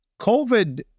COVID